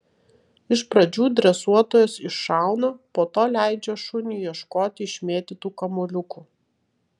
iš pradžių dresuotojas iššauna po to leidžia šuniui ieškoti išmėtytų kamuoliukų